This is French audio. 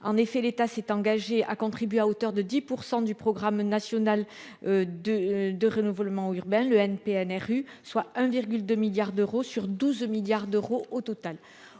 en effet, l'État s'est engagé à contribuer à hauteur de 10 pour 100 du programme national de de renouvellement urbain, le NPNRU, soit 1 virgule 2 milliards d'euros sur 12 milliards d'euros au total